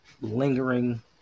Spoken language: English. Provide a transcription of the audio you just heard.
lingering